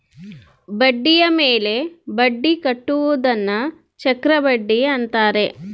ಬಡ್ಡಿಯ ಮೇಲೆ ಬಡ್ಡಿ ಕಟ್ಟುವುದನ್ನ ಚಕ್ರಬಡ್ಡಿ ಅಂತಾರೆ